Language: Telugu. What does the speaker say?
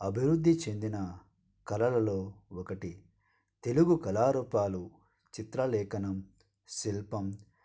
అభివృద్ధి చెందిన కళలలో ఒకటి తెలుగు కళారూపాలు చిత్రలేఖనం శిల్పం